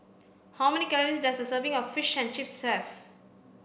how many calories does a serving of Fish and Chips have